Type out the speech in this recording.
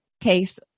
case